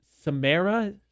Samara